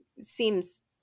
seems